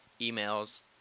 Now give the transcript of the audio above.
emails